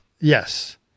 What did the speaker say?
yes